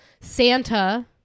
santa